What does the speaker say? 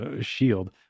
Shield